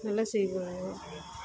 நல்லா செய்வாங்க